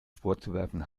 vorzuwerfen